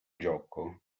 gioco